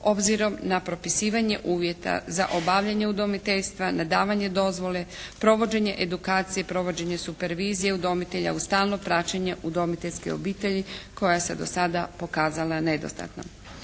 obzirom na propisivanje uvjeta za obavljanje udomiteljstva, na davanje dozvole, provođenje edukacije, provođenje supervizije udomitelja uz stalno praćenje udomiteljske obitelji koja se do sada pokazala nedostatnom.